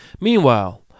Meanwhile